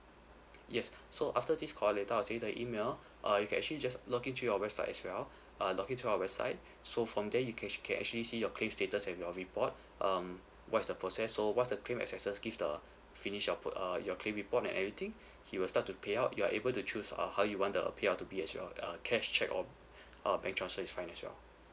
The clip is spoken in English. yes so after this call later I will send you the email uh you can actually just log in through your website as well uh log in to our website so from there you cas~ can actually see your claim status and your report um what is the process so once the claim assessor give the finish your pro~ uh your claim report and everything he will start to pay out you are able to choose err how you want the payout to be as well uh cash cheque or uh bank transfer is fine as well